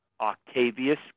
Octavius